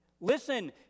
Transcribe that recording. Listen